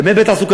באמת, בתעסוקה.